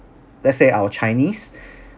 let's say our chinese